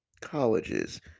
colleges